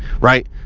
right